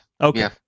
Okay